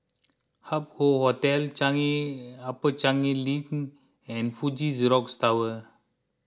Hup Hoe Hotel Changi Upper Changi Link and Fuji Xerox Tower